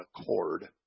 accord